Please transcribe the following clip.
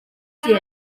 llun